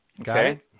Okay